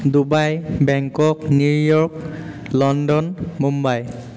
Dubai Bangkok New York London Mumbai